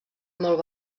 molt